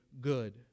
good